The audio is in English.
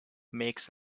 makes